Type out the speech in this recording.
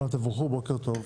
כולכם תבורכו, בוקר טוב.